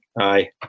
aye